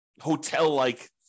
hotel-like